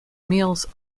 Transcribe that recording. meals